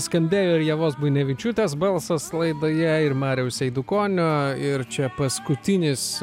skambėjo ir ievos buinevičiūtės balsas laidoje ir mariaus eidukonio ir čia paskutinis